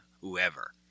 whoever